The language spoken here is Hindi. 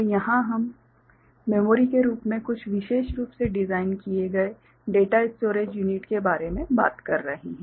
और यहां हम मेमोरी के रूप में कुछ विशेष रूप से डिज़ाइन किए गए डेटा स्टोरेज यूनिट के बारे में बात कर रहे हैं